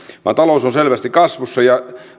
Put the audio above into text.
vaan talous on selvästi kasvussa ja